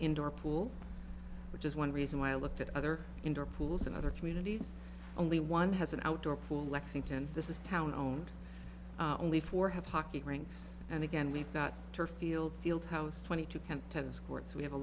indoor pool which is one reason why i looked at other indoor pools and other communities only one has an outdoor pool lexington this is town owned only four have hockey rinks and again we've got to field field house twenty two camp tennis courts we have a